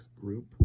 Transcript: group